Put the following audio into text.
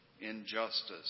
injustice